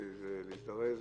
בפגרי בעלי חיים.